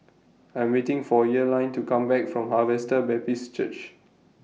I Am waiting For Earline to Come Back from Harvester Baptist Church